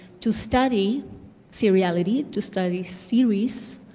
to study seriality, to study series,